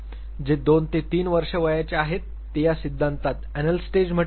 जे 2 ते 3 वर्षे वयाचे आहे ते या सिद्धांतात अनल स्टेज म्हटले आहे